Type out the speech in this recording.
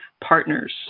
partners